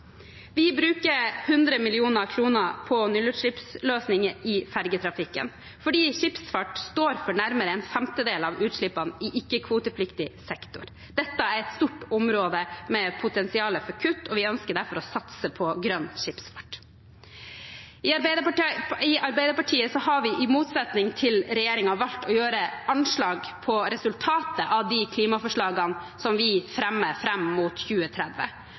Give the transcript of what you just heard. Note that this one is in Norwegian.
Vi bruker 100 mill. kr på nullutslippsløsninger i fergetrafikken fordi skipsfart står for nærmere en femtedel av utslippene i ikke-kvotepliktig sektor. Dette er et stort område med potensial for kutt, og vi ønsker derfor å satse på grønn skipsfart. I Arbeiderpartiet har vi, i motsetning til regjeringen, valgt å gjøre anslag på resultatet av de klimaforslagene som vi fremmer fram mot 2030.